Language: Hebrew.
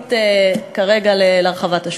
התוכנית כרגע להרחבת השול.